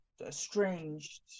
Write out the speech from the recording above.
estranged